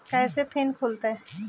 कैसे फिन खुल तय?